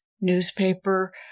newspaper